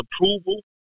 approval